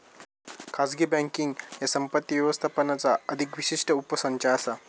खाजगी बँकींग ह्या संपत्ती व्यवस्थापनाचा अधिक विशिष्ट उपसंच असा